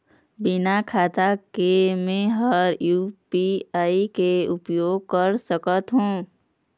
बिना खाता के म हर यू.पी.आई के उपयोग कर सकत हो?